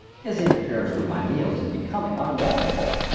his interference with my meals is becoming unwarrantable.